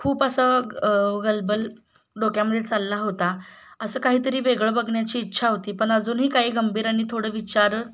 खूप असं गलबल डोक्यामध्ये चालला होता असं काहीतरी वेगळं बघण्याची इच्छा होती पण अजूनही काही गंभीर आणि थोडं विचार